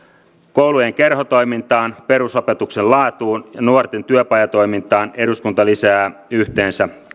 koulujen kerhotoimintaan perusopetuksen laatuun ja nuorten työpajatoimintaan eduskunta lisää yhteensä